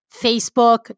Facebook